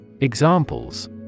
Examples